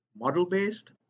Model-based